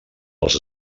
els